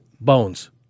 Bones